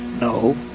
No